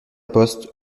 riposte